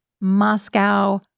Moscow